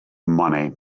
money